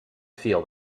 feel